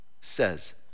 says